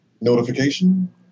Notification